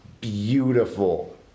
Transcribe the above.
beautiful